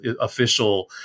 official